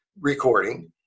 recording